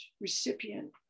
recipient